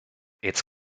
its